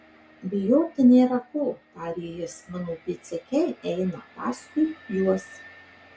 bijoti nėra ko tarė jis mano pėdsekiai eina paskui juos